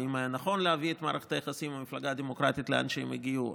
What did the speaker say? האם היה נכון להביא את מערכת היחסים עם המפלגה הדמוקרטית לאן שהם הגיעו?